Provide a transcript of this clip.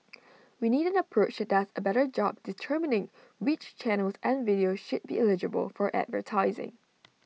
we need an approach that does A better job determining which channels and videos should be eligible for advertising